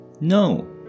No